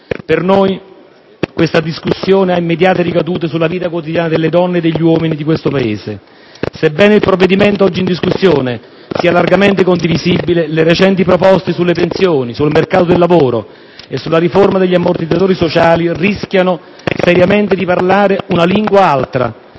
Per noi, questa discussione ha immediate ricadute sulla vita quotidiana delle donne e degli uomini di questo Paese. Sebbene il provvedimento oggi in discussione sia largamente condivisibile, le recenti proposte sulle pensioni, sul mercato del lavoro e sulla riforma degli ammortizzatori sociali rischiano seriamente di parlare una lingua altra,